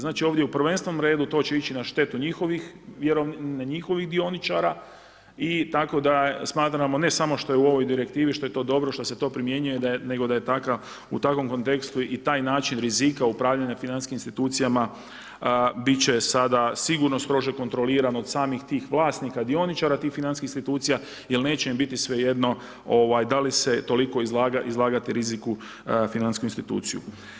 Znači ovdje prvenstveno u redu, to će ići na štetu njihovih dioničara, tako da smatramo ne samo što je u ovoj direktivi, što je to dobro, što se to primjenjuje nego da je takav u takvom kontekstu i taj način rizika upravljanju financijskim instancijama, biti će sada sigurno strože kontrolirano od samih tih vlasnika, dioničara tih financijskih institucija, jer neće mi biti svejedno, dali se toliko izlagati riziku financijsku instituciju.